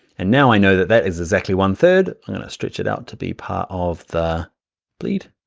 and now i know that that is exactly one-third. i'm gonna stretch it out to be part of the blade.